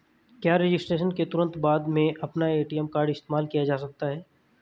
क्या रजिस्ट्रेशन के तुरंत बाद में अपना ए.टी.एम कार्ड इस्तेमाल किया जा सकता है?